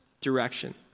direction